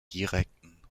direkten